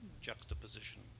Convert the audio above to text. juxtaposition